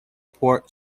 port